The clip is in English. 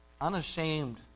Unashamed